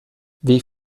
wie